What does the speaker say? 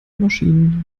maschinen